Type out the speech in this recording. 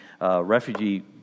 refugee